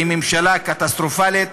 היא ממשלה קטסטרופלית,